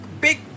big